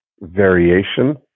variation